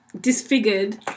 disfigured